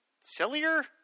sillier